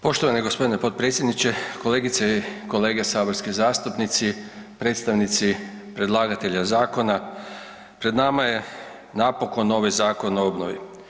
Poštovani gospodine potpredsjedniče, kolegice i kolege saborski zastupnici, predstavnici predlagatelja zakona pred nama je napokon ovaj Zakon o obnovi.